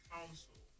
Council